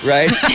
Right